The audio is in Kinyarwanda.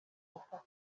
ufata